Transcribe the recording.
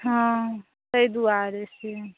हंँ ताहि दुआरेसँ